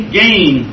gain